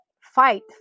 fight